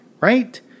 right